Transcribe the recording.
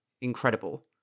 incredible